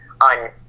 on